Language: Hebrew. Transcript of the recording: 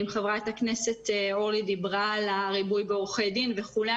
אם חברת הכנסת אורלי פרומן דיברה על הריבוי של עורכי הדין וכולי,